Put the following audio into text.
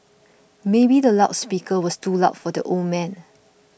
maybe the loud speaker was too loud for the old man